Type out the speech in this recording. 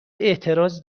اعتراض